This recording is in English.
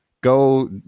Go